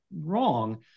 wrong